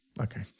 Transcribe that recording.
Okay